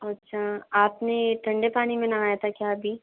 अच्छा आप ने ठंडे पानी में नहाया था क्या अभी